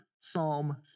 Psalm